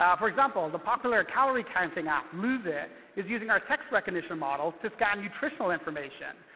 um for example, the popular calorie counting app, lose it! is using our text recognition model to scan nutritional information,